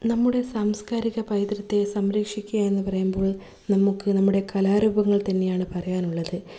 നമ്മുടെ സാംസ്കാരിക പൈതൃകത്തെ സംരക്ഷിക്കുക എന്നുപറയുമ്പോൾ നമുക്ക് നമ്മുടെ കലാരൂപങ്ങൾ തന്നെയാണ് പറയാനുള്ളത്